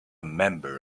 member